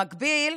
במקביל,